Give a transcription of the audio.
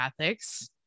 ethics